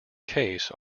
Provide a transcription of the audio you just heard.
case